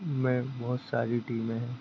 में बहुत सारी टीमें हैं